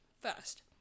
first